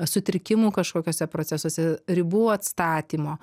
sutrikimų kažkokiuose procesuose ribų atstatymo